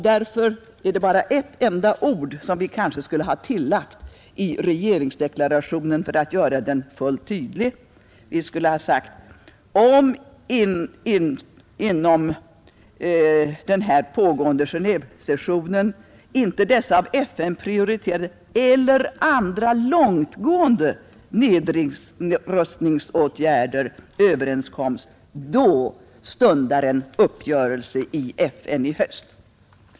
Därför skulle vi kanske ha tillagt tre ord i regeringsdeklarationen för att göra den fullt tydlig. Vi skulle ha sagt: Om inte supermakterna vill medverka till att överenskommelse träffas under nu pågående Genévesession om dessa av FN prioriterade eller andra långtgående nedrustningsåtgärder, kommer besvikelse häröver att prägla FN-debatten i höst.